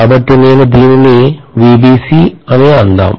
కాబట్టి నేను దీనిని VBC అని అందాం